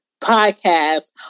podcast